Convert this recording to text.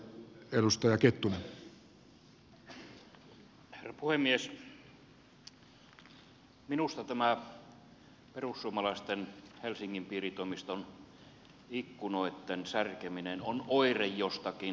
minusta tämä perussuomalaisten helsingin piiritoimiston ikkunoitten särkeminen on oire jostakin laajemmasta